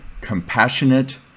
compassionate